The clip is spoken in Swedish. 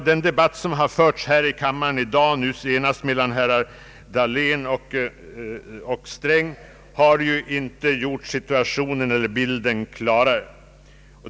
Den debatt som förts här i kammaren i dag, nu senast mellan herrar Dahlén och Sträng, har inte gjort bilden klarare.